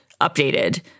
updated